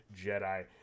Jedi